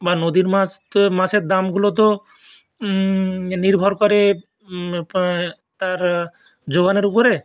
বা নদীর মাছতে মাছের দামগুলো তো নির্ভর করে তার জোগানের উপরে